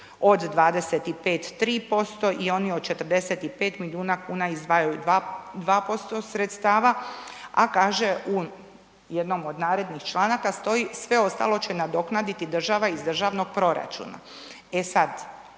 od 25 3% i oni od 45 milijuna kuna izdvajaju 2% sredstava a kaže u jednom od narednih članaka stoji sve ostalo će nadoknaditi država iz državnog proračuna.